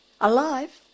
alive